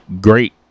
great